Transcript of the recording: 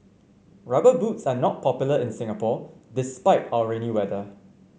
rubber boots are not popular in Singapore despite our rainy weather